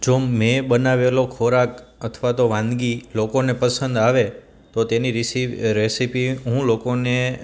જો મેં બનાવેલો ખોરાક અથવા તો વાનગી લોકોને પસંદ આવે તો તેની રીસી રેસીપી હું લોકોને